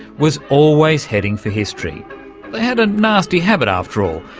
was always heading for history. they had a nasty habit, after all,